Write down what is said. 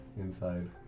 inside